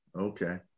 okay